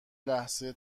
لحظه